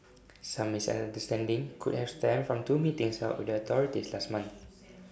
some misunderstanding could have stemmed from two meetings held with the authorities last month